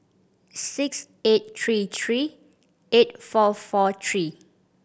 six eight three three eight four four three